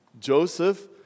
Joseph